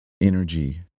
energy